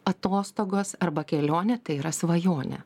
atostogos arba kelionė tai yra svajonė